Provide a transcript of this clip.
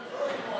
נכון.